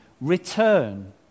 return